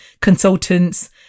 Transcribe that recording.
consultants